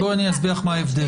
בואי אני אסביר לך מה ההבדל.